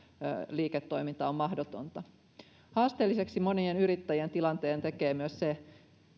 liiketoiminta on mahdotonta haasteelliseksi monien yrittäjien tilanteen tekee myös se